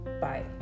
Bye